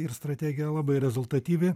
ir strategija labai rezultatyvi